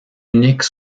unique